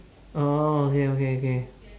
orh okay okay okay